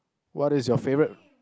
what is your favourite